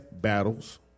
battles